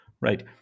right